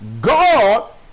God